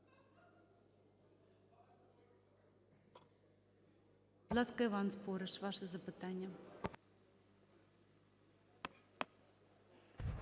Будь ласка, Іван Спориш, ваше запитання.